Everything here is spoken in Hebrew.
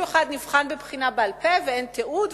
אחד נבחן בבחינה בעל-פה ואין תיעוד,